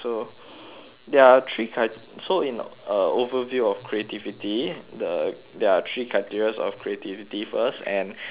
there are three cri~ so in uh overview of creativity the there are three criterias of creativity first and uh